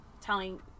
telling